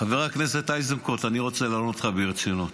חבר הכנסת איזנקוט, אני רוצה לענות לך ברצינות,